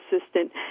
assistant